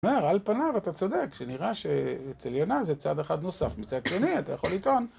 זאת אומרת, על פניו אתה צודק, שנראה שאצל יונה זה צד אחד נוסף מצד שני, אתה יכול לטעון.